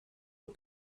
who